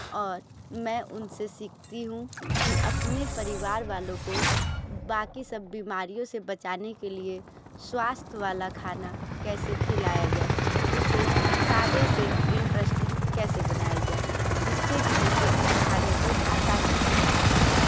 और मैं उनसे सीखती हूँ कि अपने परिवार वालों को बाकी सब बीमारियों से बचाने के लिए स्वास्थ्य वाला खाना कैसे खिलाया जाए उसे सादे से इंट्रेस्टिंग कैसे बनाया जाए जिससे कि वो उस खाने को आसानी से खा सकें